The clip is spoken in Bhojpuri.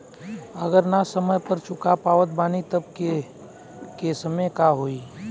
अगर ना समय पर चुका पावत बानी तब के केसमे का होई?